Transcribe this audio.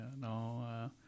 no